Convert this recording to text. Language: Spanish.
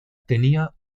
tenía